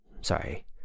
sorry